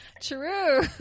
True